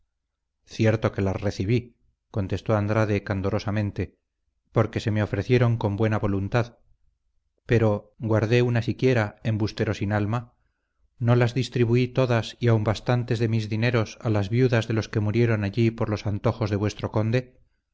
cierto que las recibí contestó andrade candorosamente porque se me ofrecieron con buena voluntad pero guardé una siquiera embustero sin alma no las distribuí todas y aun bastantes de mis dineros a las viudas de los que murieron allí por los antojos de vuestro conde